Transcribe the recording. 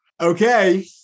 Okay